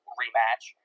rematch